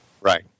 Right